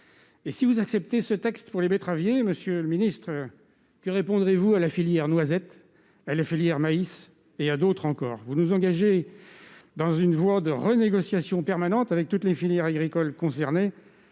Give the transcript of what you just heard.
Si vous acceptez cette dérogation pour les betteraviers, monsieur le ministre, que répondrez-vous à la filière noisette, à la filière maïs et à d'autres encore ? Vous nous engagez dans une voie de renégociation permanente avec toutes les filières agricoles concernées